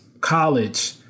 college